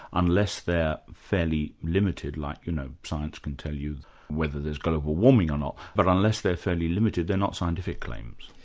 unless they're fairly limited like you know science can tell you whether there's global warming or not, but unless they're fairly limited, they're not scientific claims.